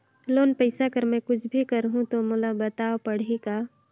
Loan पइसा कर मै कुछ भी करहु तो मोला बताव पड़ही का?